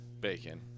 bacon